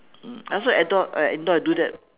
mm I also indoor indoor I do that